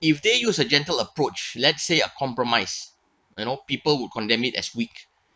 if they use a gentle approach let's say a compromise you know people would condemn it as weak